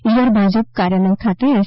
ઇડર ભાજપ કાર્યાલય ખાતે એસ